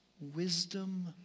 wisdom